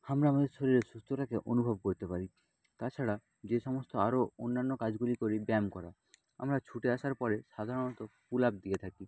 আমরা আমাদের শরীরের সুস্থটাকে অনুভব করতে পারি তাছাড়া যে সমস্ত আরও অন্যান্য কাজগুলি করি ব্যায়াম করা আমরা ছুটে আসার পরে সাধারণত পুল আপ দিয়ে থাকি